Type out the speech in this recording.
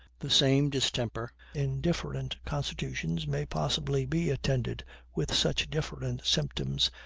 the same distemper, in different constitutions, may possibly be attended with such different symptoms,